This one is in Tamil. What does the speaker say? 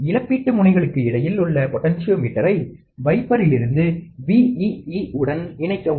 இழப்பீட்டு முனைகளுக்கு இடையில் உள்ள பொட்டென்சியோமீட்டரை வைப்பரிலிருந்து VEE உடன் இணைக்கவும்